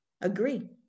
agree